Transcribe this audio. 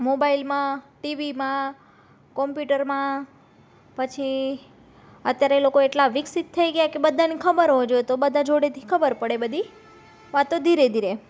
મોબાઇલમાં ટીવીમાં કમ્પ્યુટરમાં પછી અત્યારે એ લોકો એટલા વિકસિત થઈ ગયાં કે બધાને ખબર જ હોય તો બધા જોડેથી ખબર પડે બધી વાતો ધીરે ધીરે